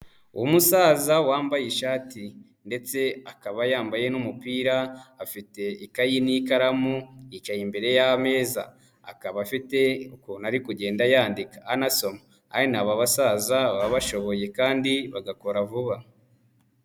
Umusaza wambaye ishati ndetse akaba yambaye n'umupira, afite ikayi n'ikaramu yicaye imbere y'ameza, akaba afite ukuntu ari kugenda yandika anasoma. Bene aba basaza baba bashoboye kandi bagakora vuba.